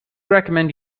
recommend